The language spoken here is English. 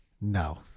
No